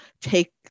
take